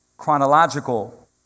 chronological